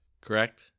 Correct